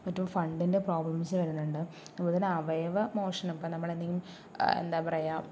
മറ്റും ഫണ്ടിന്റെ പ്രോബ്ലെംസ് വരുന്നുണ്ട് അതുപോലെതന്നെ അവയവ മോഷണം ഇപ്പോൾ നമ്മൾ എന്തെങ്കി എന്താ പറയാ